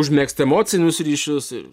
užmegzti emocinius ryšius ir